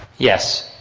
yes.